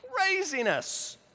craziness